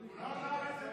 לא אמרתי.